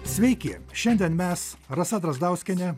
sveiki šiandien mes rasa drazdauskienė sveiki